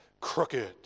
crooked